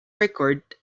record